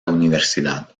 universidad